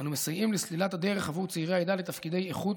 אנו מסייעים לסלילת הדרך עבור צעירי העדה לתפקידי איכות,